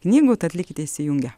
knygų tad likite įsijungę